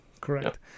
correct